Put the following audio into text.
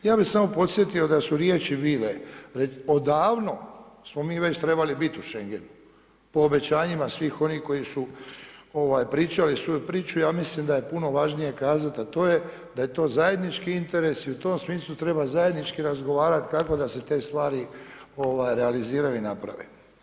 Ja bi samo podsjetio da su riječi … odavno smo mi već trebali biti u Schengenu po obećanjima svih onih koji su pričali svoju priču, ja mislim da je puno važnije kazati a to je da je to zajednički interes i u tom smislu treba zajednički razgovarati kako da se te stvari realiziraju i naprave.